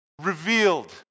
revealed